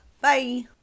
Bye